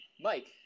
Mike